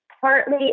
partly